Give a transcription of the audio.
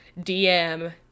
DM